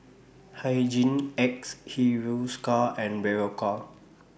Hygin X Hiruscar and Berocca